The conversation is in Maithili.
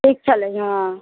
ठीक छलै हँ